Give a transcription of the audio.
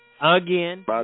again